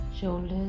shoulders